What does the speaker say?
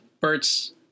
Bert's